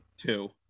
Two